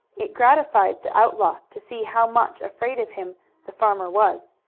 it gratified the outlaw to see how much afraid of him the farmer was,